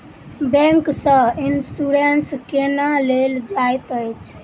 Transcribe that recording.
bank सँ insurance केना लेल जाइत अछि